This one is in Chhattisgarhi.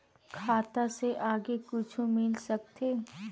खाता से आगे कुछु मिल सकथे?